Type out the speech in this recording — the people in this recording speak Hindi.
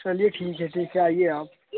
चलिए ठीक है ठीक है आइए आप